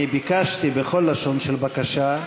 אני ביקשתי בכל לשון של בקשה,